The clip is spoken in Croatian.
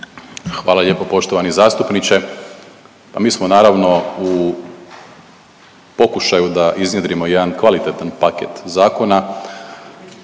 Hvala lijepo poštovani zastupniče. Pa mi smo naravno, u pokušaju da iznjedrimo jedan kvalitetan paket zakona